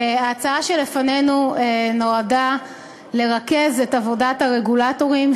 ההצעה שלפנינו נועדה לרכז את עבודת הרגולטורים,